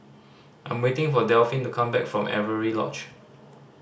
I'm waiting for Delphin to come back from Avery Lodge